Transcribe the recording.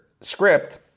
script